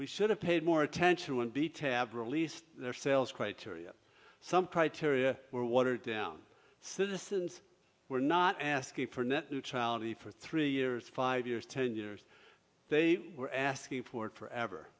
we should have paid more attention when b tab released their sales criteria some pride tyria were watered down citizens were not asking for net neutrality for three years five years ten years they were asking for forever